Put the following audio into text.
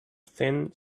thin